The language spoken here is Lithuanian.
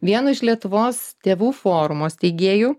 vienu iš lietuvos tėvų forumo steigėjų